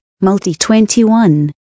multi-21